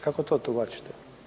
Kako to tumačite?